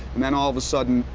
and then all of a sudden,